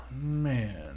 man